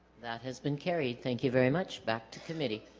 that has been carried thank you very much back to committee